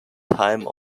time